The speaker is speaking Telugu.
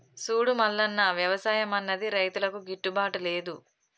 సూడు మల్లన్న, వ్యవసాయం అన్నది రైతులకు గిట్టుబాటు లేదు